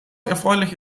erfreulich